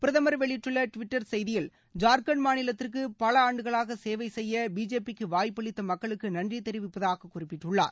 பிரதமர் வெளியிட்டுள்ள டிவிட்டர் செய்தியில் ஜார்கண்ட் மாநிலத்திற்கு பல ஆண்டுகளாக சேவை செய்ய பிஜேபிக்கு வாய்ப்பளித்த மக்களுக்கு நன்றி தெரிவிப்பதாக குறிப்பிட்டுள்ளார்